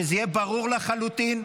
שזה יהיה ברור לחלוטין,